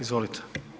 Izvolite.